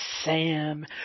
Sam